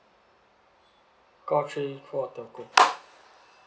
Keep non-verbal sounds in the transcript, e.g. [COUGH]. call three call on telco [NOISE]